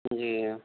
جی ہاں